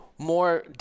More